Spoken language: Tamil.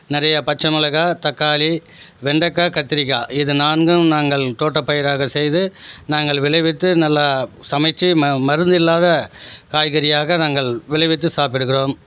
நிறையா பச்சை மிளகாய் தக்காளி வெண்டைக்காய் கத்திரிக்காய் இதை நான்கும் நாங்கள் தோட்ட பயிராக செய்து நாங்கள் விளைவித்து நல்லா சமைத்து மருந்து இல்லாத காய்கறியாக நாங்கள் விளைவித்து சாப்பிடுகிறோம்